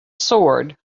sword